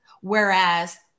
Whereas